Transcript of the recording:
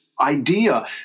idea